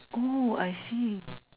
oh I see